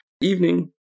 Evening